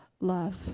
Love